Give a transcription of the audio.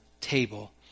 table